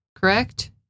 correct